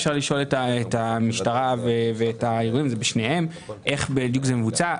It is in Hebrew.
אפשר לשאול את המשטרה איך בדיוק זה מבוצע.